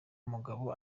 umugabo